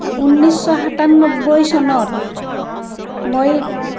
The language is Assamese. উন্নৈছশ সাতান্নব্বৈ চনত মই